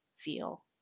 feel